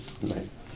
Nice